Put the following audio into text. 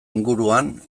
inguruan